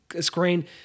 screen